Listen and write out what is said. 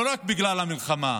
לא רק בגלל המלחמה.